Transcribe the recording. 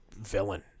villain